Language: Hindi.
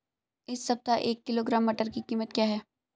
इस सप्ताह एक किलोग्राम मटर की कीमत क्या है?